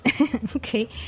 Okay